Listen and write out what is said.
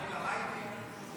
רגע, מה איתי?